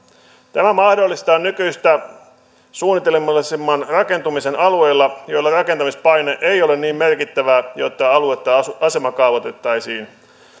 tämä mahdollistaa nykyistä suunnitelmallisemman rakentumisen alueilla joilla rakentamispaine ei ole niin merkittävää jotta aluetta asemakaavoitettaisiin